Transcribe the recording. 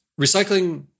recycling